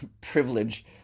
privilege